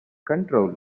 control